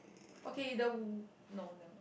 okay the w~ no nevermind